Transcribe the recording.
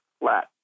flat